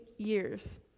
years